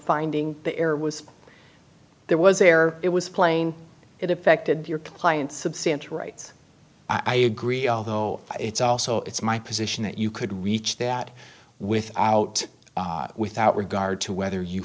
finding the error was there was there it was plain it affected your client's substantial rights i agree although it's also it's my position that you could reach that without without regard to whether you